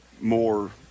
more